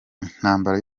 intambara